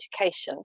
education